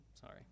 Sorry